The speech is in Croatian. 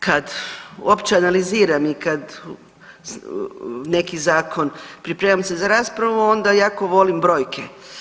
Kad uopće analiziram i kad neki zakon i pripremam se za raspravu, onda jako volim brojke.